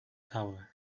tower